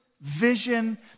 vision